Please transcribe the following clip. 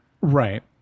Right